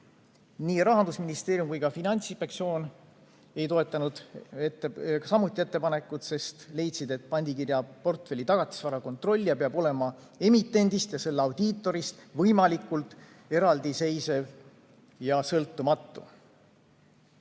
Ei Rahandusministeerium ega ka Finantsinspektsioon ei toetanud samuti ettepanekut, sest leidsid, et pandikirjaportfelli tagatisvara kontrollija peab olema emitendist ja selle audiitorist võimalikult eraldiseisev ja sõltumatu.